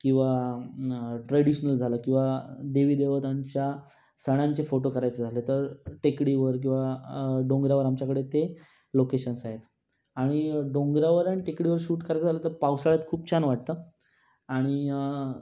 किंवा ट्रॅडिशनल झालं किंवा देवीदेवतांच्या सणांचे फोटो करायचे झाले तर टेकडीवर किंवा डोंगरावर आमच्याकडे ते लोकेशन्स आहेत आणि डोंगरावर आणि टेकडीवर शूट करायचं झालंं तर पावसाळ्यात खूप छान वाटतं आणि